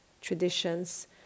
traditions